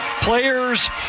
players